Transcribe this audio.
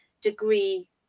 degree